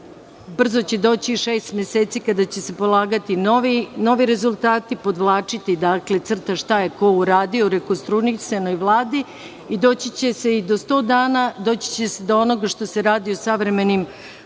Brzo će doći i šest meseci kada će se polagati novi rezultati, podvlačiti crta šta je ko uradio u rekonstruisanoj Vladi i doći će se i do sto dana, do onoga što se radi u savremenim